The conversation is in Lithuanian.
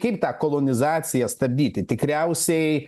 kaip tą kolonizaciją stabdyti tikriausiai